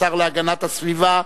השר להגנת הסביבה,